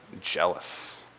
jealous